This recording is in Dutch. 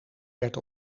werd